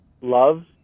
love